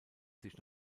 sich